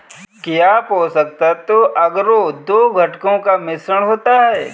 क्या पोषक तत्व अगरो दो घटकों का मिश्रण होता है?